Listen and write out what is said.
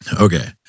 Okay